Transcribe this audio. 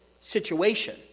situation